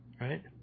right